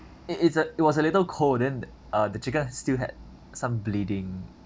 it it's a it was a little cold then uh the chicken still had some bleeding